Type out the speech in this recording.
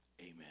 Amen